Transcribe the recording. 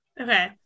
Okay